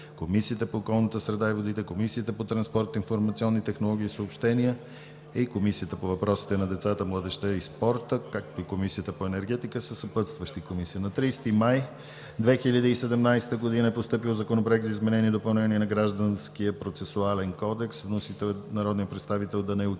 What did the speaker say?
Комисията по околната среда и водите, Комисията по транспорт, информационни технологии и съобщения, Комисията по въпросите на децата, младежта и спорта и Комисията по енергетика. На 30 май 2017 г. е постъпил Законопроект за изменение и допълнение на Гражданския процесуален кодекс. Вносители са народните представители Данаил